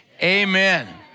amen